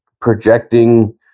projecting